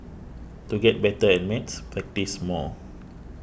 to get better at maths practise more